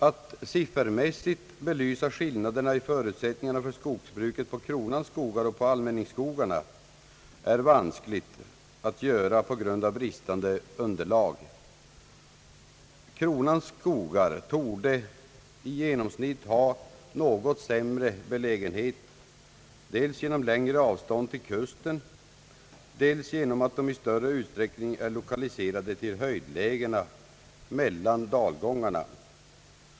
Att siffermässigt söka belysa skillna derna i förutsättningarna för skogsbruket på kronans skogar och på allmänningsskogarna är vanskligt på grund av bristande underlag. Kronans skogar torde dock i genomsnitt ha en något sämre belägenhet, dels genom längre avstånd till kusten och dels genom att de i större utsträckning är lokaliserade till höjdlägena mellan dalgångarna.